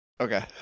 Okay